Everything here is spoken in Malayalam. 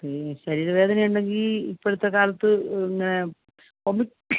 ശരീര വേദനയുണ്ടെങ്കിൽ ഇപ്പോഴത്തെ കാലത്തു ഒന്ന്